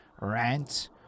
rant